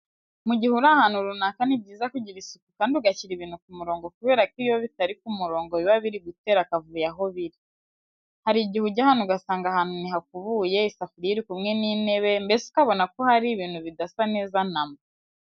Mu gihe uri ahantu runaka ni byiza kugira isuku kandi ugashyira ibintu ku murongo kubera ko iyo bitari ku murongo biba biri gutera akavuyo aho biri. Hari igihe ujya ahantu ugasanga ahantu ntihakubuye, isafuriya iri kumwe n'intebe, mbese ukabona ko ari ibintu bidasa neza na mba.